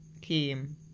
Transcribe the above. came